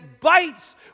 bites